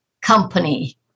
company